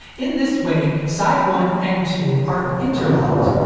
in this way, side one and two are interlocked.